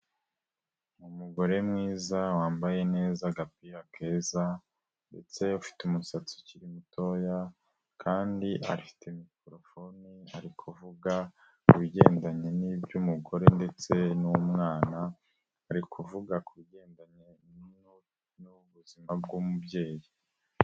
Umugore mwiza, wambaye neza, agapira keza ndetse ufite umusatsi ukiri mutoya kandi afite mikorofone, ari kuvuga, ibigendanye n'iby'umugore ndetse n'umwana, ari kuvuga ku bigendanye n'ubuzima bw'umubyeyi.